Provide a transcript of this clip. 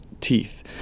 teeth